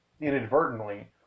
Inadvertently